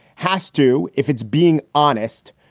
has to, if it's being honest,